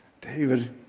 David